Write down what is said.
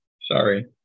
Sorry